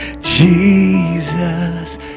jesus